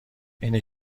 اینه